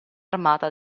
armata